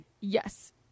yes